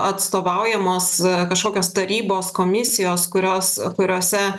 atstovaujamos kažkokios tarybos komisijos kurios kuriose